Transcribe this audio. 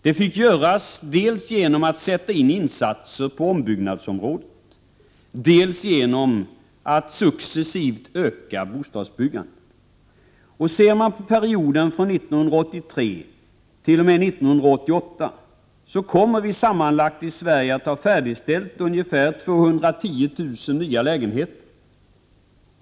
Det fick man göra dels genomaatt sätta in insatser på ombyggnadsområdet, dels genom att successivt öka bostadsbyggandet. Under perioden 1983-1988 kommer vi i Sverige att sammanlagt ha färdigställt ungefär 210 000 nya lägenheter.